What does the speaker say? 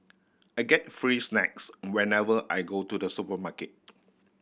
I get free snacks whenever I go to the supermarket